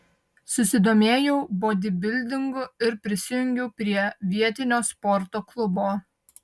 susidomėjau bodybildingu ir prisijungiau prie vietinio sporto klubo